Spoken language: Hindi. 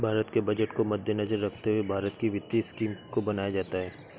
भारत के बजट को मद्देनजर रखते हुए भारत की वित्तीय स्कीम को बनाया जाता है